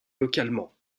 localement